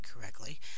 correctly